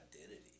identity